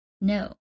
No